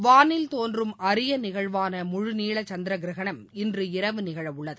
வானில் தோன்றும் அரிய நிகழ்வான முழு நீள சந்திர கிரகணம் இன்றிரவு நிகழவுள்ளது